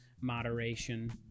moderation